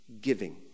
giving